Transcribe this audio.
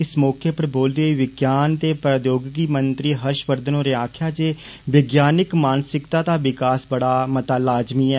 इस मौके पर बोलदे होई विज्ञान ते प्राद्यौगिक मंत्री हर्श वर्धन होरें आक्खेआ जे विज्ञाननिक मानसिक्ता दा विकास बड़ा मता लाज़मी ऐ